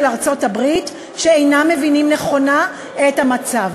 ארצות-הברית שאינם מבינים נכונה את המצב.